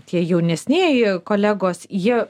tie jaunesnieji kolegos jie